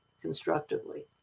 constructively